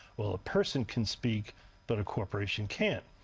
well, a person can speak but a corporation can't.